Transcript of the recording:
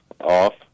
off